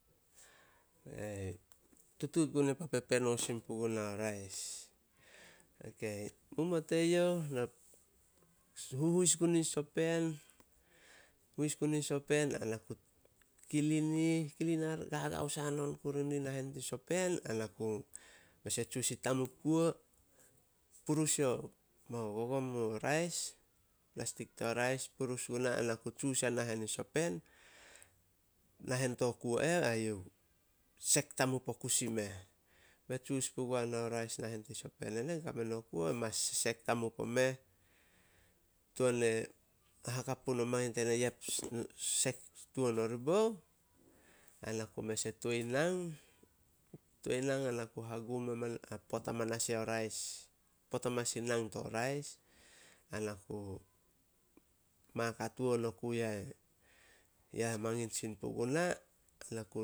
Tutuut gun papu peno sin puguna o rais. Ok, mumuo teyouh huhuis gun i sopen. Huis gun in sopen ai na ku kilin ih, kilin hagagaos hanon kuru ih nahen tin sopen, ana ku mes e tsius in tamup kuo, purus yo mo gogom o rais, plastik to rais purus guna ai na ku tsius ya nahen in sopen, nahen to kuo eh ai youh sek tamup o kusi meh. Be tsius pugua nao rais nahen in sopen enen kame no kuo mas sesek tamup omeh, tuan e hakap punouh mangin tena ya sek tuan oribouh, ai na ku mes e toi nang- toi nang ai na gu pot hamanas yao rais, pot hamanas yain nang to rais ai na ku mak hatuan oku yae- ya mangin sin puguna, ai na ku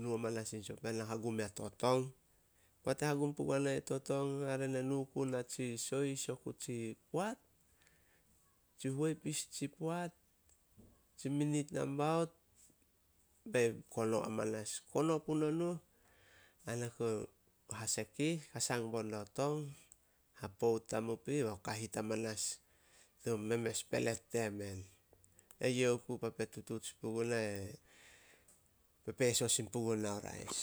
nu hamanas in sopen na hagum ya to tong. Poat e hagum pugua nae youh to tong, hare ne nu oku na tsi sohis oku tsi poat, tsi huepis tsi poat, tsi minit nambaout bei kono amanas. Kono puno nuh ai na ku hasek ih, kasang bo diao tong, hapout tamup ih o kahit amanas to memes pelet temen. Eyouh oku papu tutuut sin puguna pepeso sin puguna o rais.